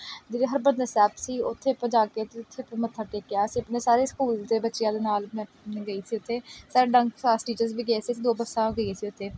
ਜਿਹੜੀ ਹਰਿਮੰਦਰ ਸਾਹਿਬ 'ਚ ਸੀ ਉੱਥੇ ਆਪਾਂ ਜਾ ਕੇ ਅਤੇ ਉੱਥੇ ਆਪਾਂ ਮੱਥਾ ਟੇਕਿਆ ਸੀ ਅਸੀਂ ਆਪਣੇ ਸਾਰੇ ਸਕੂਲ ਦੇ ਬੱਚਿਆਂ ਦੇ ਨਾਲ ਮੈਂ ਗਈ ਸੀ ਉੱਥੇ ਸਾਡੰਕ ਫਾਸਟ ਟੀਚਰਸ ਵੀ ਗਏ ਸੀ ਅਸੀਂ ਦੋ ਬੱਸਾਂ ਗਈਆਂ ਸੀ ਉੱਥੇ